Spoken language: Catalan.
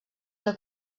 que